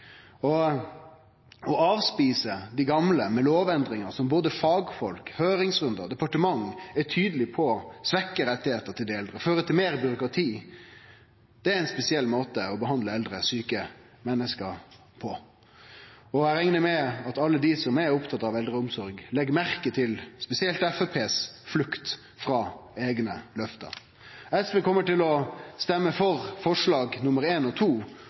sak. Å avspise dei gamle med lovendringar som både fagfolk, høyringsrundar og departement er tydelege på at svekkjer rettane til dei eldre og fører til meir byråkrati, er ein spesiell måte å behandle eldre, sjuke menneske på. Eg reknar med at alle dei som er opptatt av eldreomsorg, legg merke til spesielt Framstegspartiets flukt frå eigne løfte. SV kjem til å stemme for forslagene nr. 1 og